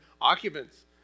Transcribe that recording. occupants